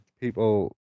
people